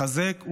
לחזק,